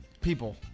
people